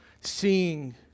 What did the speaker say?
seeing